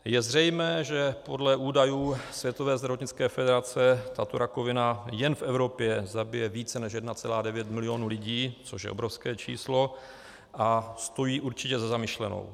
Je zřejmé, že podle údajů Světové zdravotnické federace tato rakovina jen v Evropě zabije více než 1,9 mil. lidí, což je obrovské číslo a stojí určitě za zamyšlenou.